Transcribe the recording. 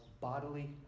bodily